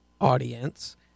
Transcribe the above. audience